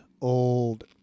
old